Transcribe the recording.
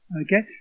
Okay